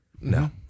No